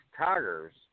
Tigers